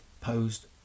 posed